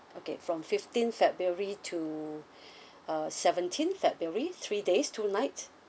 okay from fifteenth february to uh seventeenth february three days two night